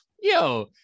yo